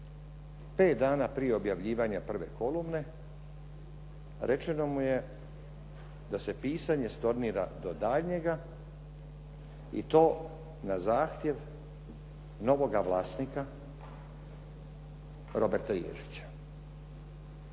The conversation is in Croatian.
Pet dana prije objavljivanja prve kolumne rečeno mu je da se pisanje stornira do daljnjega i to na zahtjev novoga vlasnika Roberta Ježića.